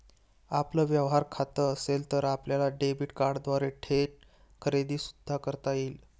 आपलं व्यवहार खातं असेल तर आपल्याला डेबिट कार्डद्वारे थेट खरेदी सुद्धा करता येईल